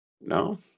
No